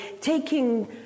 taking